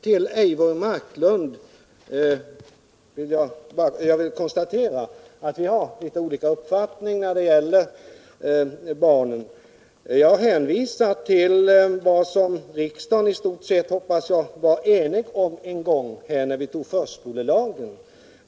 Till Eivor Marklund vill jag säga att jag konstaterar att vi har litet olika uppfattning när det gäller barnen. Jag hänvisar till det som riksdagen i stort sett var enig om när den en gång antog förskolelagen.